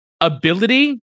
ability